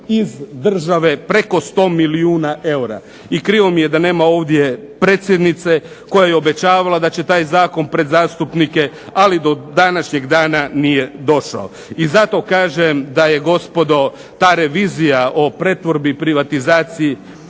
iz države preko 100 milijuna eura. I krivo mi je da nema ovdje predsjednice koja je obećavala da će taj zakon pred zastupnike ali do današnjeg dana nije došao. I zato kažem da je gospodo ta revizija o pretvorbi i privatizaciji